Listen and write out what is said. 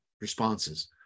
responses